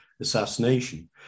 assassination